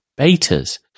betas